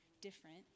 different